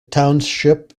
township